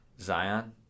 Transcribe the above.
Zion